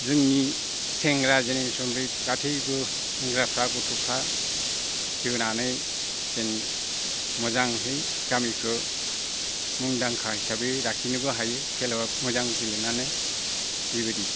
जोंनि सेंग्रा जेनेरेसन बै गाथैबो हेंग्राफ्रा गथ'फ्रा जोनानै जे मोजांहै गामिखो मुंदांखा हिसाबै लाखिनोबो हायो खेलायाव मोजां गेलेनानै बिबायदि